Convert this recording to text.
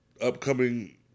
upcoming